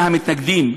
מהמתנגדים,